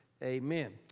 Amen